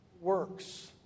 works